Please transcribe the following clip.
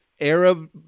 Arab